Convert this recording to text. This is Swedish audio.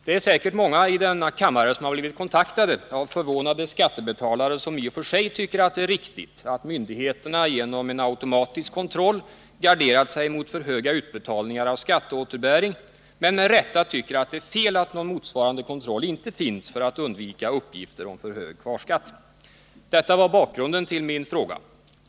Vi är säkert många i denna kammare som har blivit kontaktade av förvånade skattebetalare, som i och för sig tycker det är riktigt att myndigheterna genom en automatisk kontroll garderat sig mot för höga utbetalningar av skatteåterbäring men som med rätta tycker att det är fel att någon motsvarande kontroll inte finns för att undvika uppgifter om för hög kvarskatt. Detta var bakgrunden till min fråga.